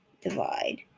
divide